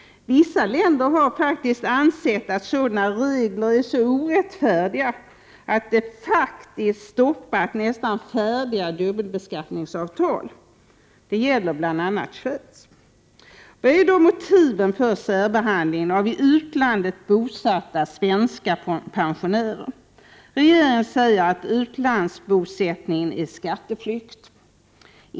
Vissa länder har faktiskt ansett att sådana regler är så orättfärdiga att de faktiskt stoppat nästan färdiga dubbelbeskattningsavtal. Det gäller bl.a. Schweiz. Vad är då motiven för särbehandlingen av i utlandet bosatta svenska pensionärer? Regeringen säger att utlandsbosättning är skatteflykt.